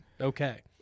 okay